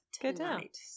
tonight